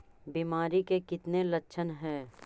बीमारी के कितने लक्षण हैं?